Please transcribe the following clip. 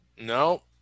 No